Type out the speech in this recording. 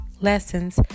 Lessons